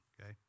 okay